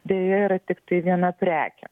deja yra tiktai viena prekė